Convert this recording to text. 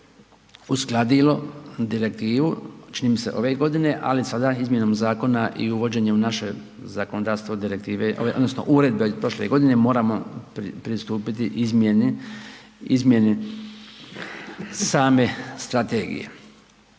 i uskladilo Direktivu, čini mi se ove godine, ali sada izmjenom zakona i uvođenje u naše zakonodavstvo Direktive ove odnosno uredbe iz prošle godine moramo pristupiti izmjeni, izmjeni same strategije.